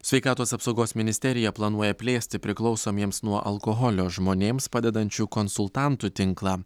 sveikatos apsaugos ministerija planuoja plėsti priklausomiems nuo alkoholio žmonėms padedančių konsultantų tinklą